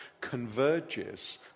converges